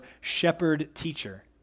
shepherd-teacher